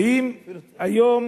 ואם היום